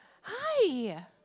Hi